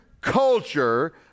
culture